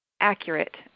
accurate